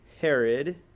Herod